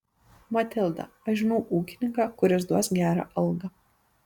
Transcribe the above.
matilda aš žinau ūkininką kuris duos gerą algą